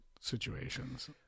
situations